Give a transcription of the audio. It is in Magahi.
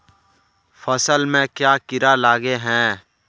फसल में क्याँ कीड़ा लागे है?